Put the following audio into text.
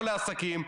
לא לעסקים,